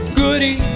goody